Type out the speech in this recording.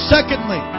Secondly